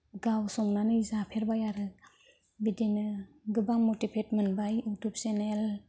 गाव संनानै जाफेरबाय आरो बिदिनो गोबां मटिभेट मोनबाय इउटुब चेनेल